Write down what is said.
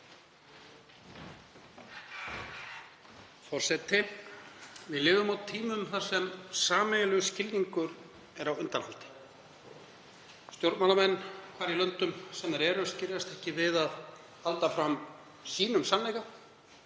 Forseti. Við lifum á tímum þar sem sameiginlegur skilningur er á undanhaldi. Stjórnmálamenn, hvar í löndum sem þeir eru, skirrast ekki við að halda fram sínum sannleika,